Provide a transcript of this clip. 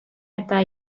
eta